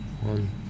one